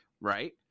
right